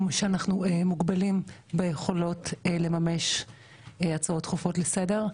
שאנו מוגבלים ביכולות לממש הצעות דחופות לסדר.